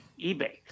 eBay